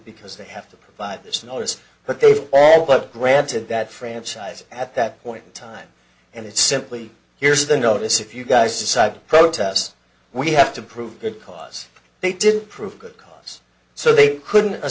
because they have to provide this notice but they all have granted that franchise at that point in time and it's simply here's the notice if you guys decide protests we have to prove because they didn't prove good cause so they couldn't